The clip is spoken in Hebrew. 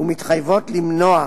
ומתחייבות למנוע,